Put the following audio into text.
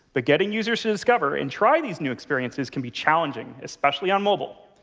but getting users to discover and try these new experiences can be challenging, especially on mobile.